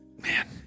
Man